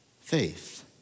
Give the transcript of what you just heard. faith